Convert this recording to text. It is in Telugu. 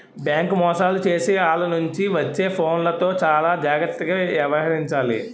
బేంకు మోసాలు చేసే ఆల్ల నుంచి వచ్చే ఫోన్లతో చానా జాగర్తగా యవహరించాలి